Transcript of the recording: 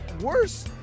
worse